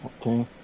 Okay